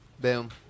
Boom